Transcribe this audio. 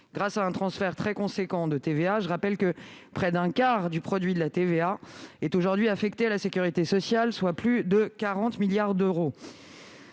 grâce à un transfert très important de TVA. Près d'un quart du produit de la TVA est aujourd'hui affecté à la sécurité sociale, soit plus de 40 milliards d'euros.